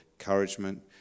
encouragement